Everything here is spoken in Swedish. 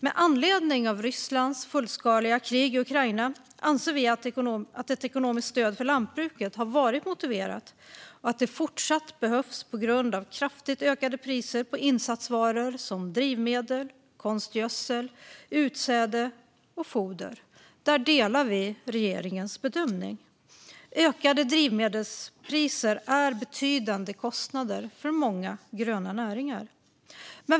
Med anledning av Rysslands fullskaliga krig i Ukraina anser vi att ett ekonomiskt stöd för lantbruket har varit motiverat och att det fortsatt behövs på grund av kraftigt ökade priser på insatsvaror som drivmedel, konstgödsel, utsäde och foder. Där delar vi regeringens bedömning. Ökade drivmedelspriser är betydande kostnader för många gröna näringar.